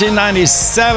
1997